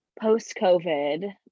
post-COVID